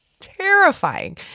Terrifying